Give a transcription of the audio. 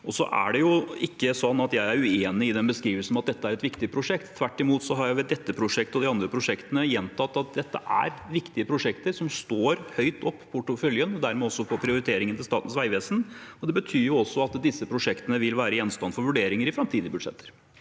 i norsk økonomi. Jeg er ikke uenig i beskrivelsen av at dette er et viktig prosjekt. Tvert imot har jeg ved dette prosjektet og de andre prosjektene gjentatt at dette er viktige prosjekter som står høyt i porteføljen og dermed også i prioriteringene til Statens vegvesen. Det betyr at disse prosjektene vil være gjenstand for vurderinger i framtidige budsjetter.